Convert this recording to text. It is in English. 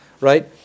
right